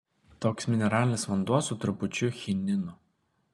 toks mineralinis vanduo su trupučiu chinino